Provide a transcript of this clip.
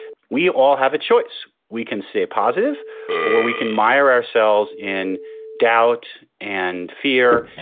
we all have a choice. we can say positive or we can mire ourselves in doubt and fear.